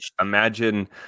imagine